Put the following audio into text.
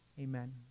Amen